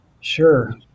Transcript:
Sure